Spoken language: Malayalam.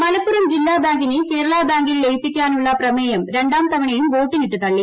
കേരള ബാങ്ക് മലപ്പുറം ജില്ലാ ബാങ്കിനെ കേരള ബാങ്കിൽ ലയിപ്പിക്കാനുള്ള പ്രമേയം രണ്ടാം തവണയും വോട്ടിനിട്ട് തള്ളി